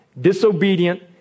disobedient